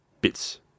bits